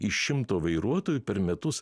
iš šimto vairuotojų per metus